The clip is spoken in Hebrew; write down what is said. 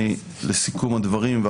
לסיכום הדברים,